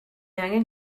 angen